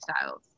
styles